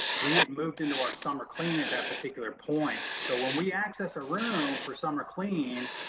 we had moved into our summer clean at that particular point. so when we access a room for summer clean,